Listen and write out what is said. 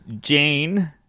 Jane